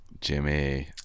Jimmy